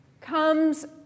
comes